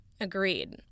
Agreed